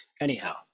Anyhow